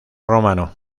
romano